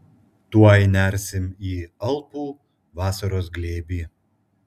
tuoj nersim į alpų vasaros glėbį